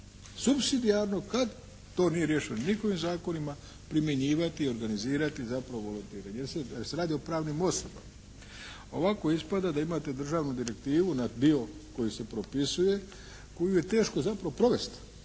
supsidijarno kad to nije riješeno nikojim zakonima primjenjivati i organizirati zapravo volontiranje, jer se radi o pravnim osobama. Ovako ispada da imate državnu direktivu na dio koji se propisuje koji je teško zapravo provesti,